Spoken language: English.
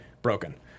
broken